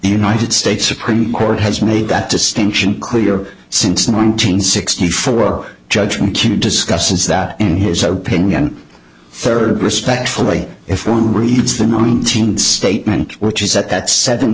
in ited states supreme court has made that distinction clear since nineteen sixty four a judgment can discusses that in his opinion third respectfully if one reads the nineteen statement which is that at seven